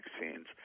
vaccines